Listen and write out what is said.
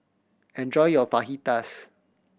enjoy your Fajitas